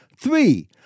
Three